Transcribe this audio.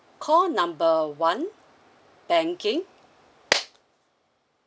call number one banking